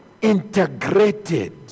integrated